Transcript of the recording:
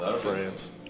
France